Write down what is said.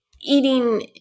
eating